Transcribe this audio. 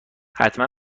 حتما